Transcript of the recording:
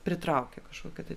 pritraukia kažkokį tai